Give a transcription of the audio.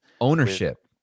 Ownership